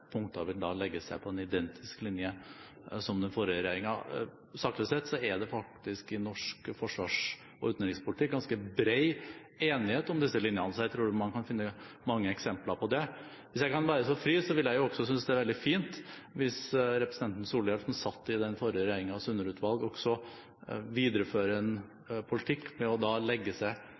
punkter vil legge seg på en identisk linje som den forrige regjeringen. Saklig sett er det faktisk i norsk forsvars- og utenrikspolitikk ganske bred enighet om disse linjene, så jeg tror man kan finne mange eksempler på det. Hvis jeg kan være så fri, vil jeg også synes det er veldig fint hvis representanten Solhjell, som satt i den forrige regjeringens underutvalg, også